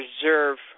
preserve